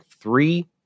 three